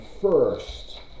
first